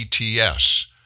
ETS